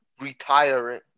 retiring